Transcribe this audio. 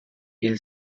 hil